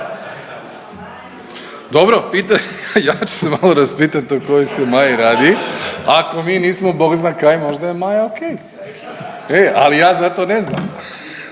Dobro, ja ću se malo raspitati o kojoj se Maji radi, ako mi nismo bog zna kaj možda je Maja ok. E ali ja za to ne znam,